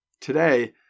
Today